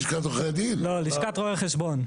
לשכת רואי החשבון.